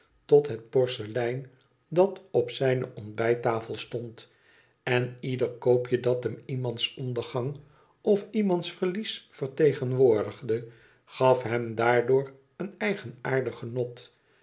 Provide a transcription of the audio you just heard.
tot het porselein dat op zijne ontbijttafel stond en ieder koopje dat hem iemands ondergang of iemands verlies vertegenwoordigde gaf hem daardoor een eigenaardig enot